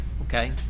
okay